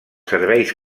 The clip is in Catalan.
serveis